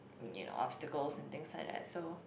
you know obstacles and things like that so